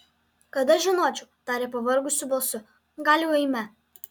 kad aš žinočiau tarė pavargusiu balsu gal jau eime